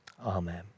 Amen